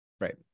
Right